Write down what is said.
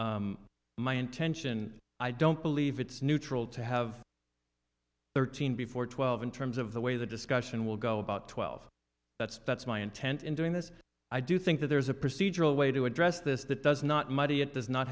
is my intention i don't believe it's neutral to have thirteen before twelve in terms of the way the discussion will go about twelve that's that's my intent in doing this i do think that there is a procedural way to address this that does not muddy it does not